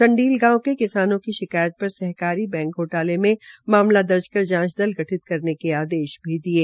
संडील गांव के किसानों की शिकायत पर सहकारी बैंक घोटाले मे मामला दर्ज कर जांच दल गठित करने के आदेश भी दिये